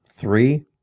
three